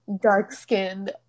dark-skinned